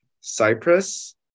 Cyprus